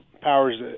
powers